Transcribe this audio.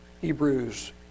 Hebrews